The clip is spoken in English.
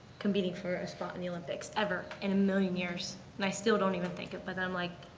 competing for a spot in the olympics ever in a million years, and i still don't even think it. but then i'm like,